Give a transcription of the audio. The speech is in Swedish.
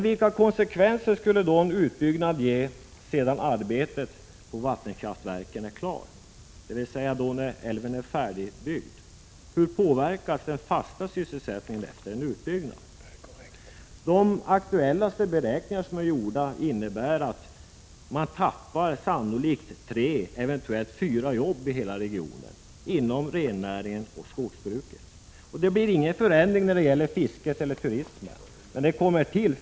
Vilka konsekvenser skulle en utbyggnad medföra sedan arbetet på vattenkraftverket är klart, dvs. när älven är färdigutbyggd? Hur påverkas den fasta sysselsättningen efter en utbyggnad? Enligt aktuella beräkningar kommer tre, eventuellt fyra jobb inom rennäringen och skogsbruket att försvinna i hela regionen. Det blir ingen förändring när det gäller fisket och turismen.